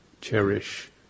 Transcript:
cherish